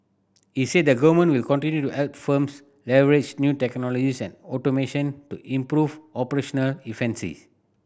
he said the government will continue to help firms leverage new technologies and automation to improve operational